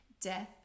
death